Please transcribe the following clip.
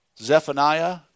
Zephaniah